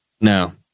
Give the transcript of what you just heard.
No